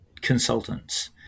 consultants